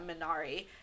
Minari